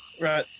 Right